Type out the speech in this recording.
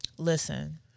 Listen